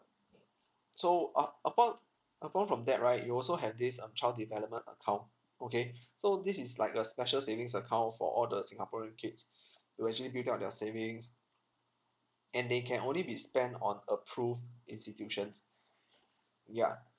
so ap~ apart apart from that right you also have this um child development account okay so this is like a special savings account for all the singaporean kids they will actually build up their savings and they can only be spent on approved institutions mm ya